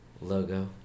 Logo